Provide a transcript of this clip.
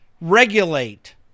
regulate